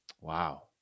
Wow